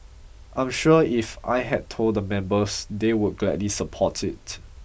I'm sure if I had told the members they would gladly support it